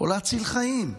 זה יכול להציל חיים,